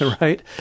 right